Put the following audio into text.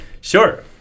Sure